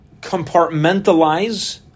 compartmentalize